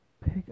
pick